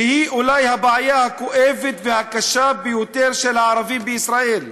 שהיא אולי הבעיה הכואבת והקשה ביותר של הערבים בישראל.